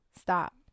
stop